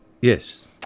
Yes